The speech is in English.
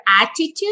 attitude